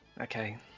Okay